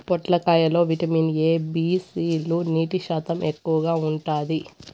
పొట్లకాయ లో vitamin A, B, C లు, నీటి శాతం ఎక్కువగా ఉంటాది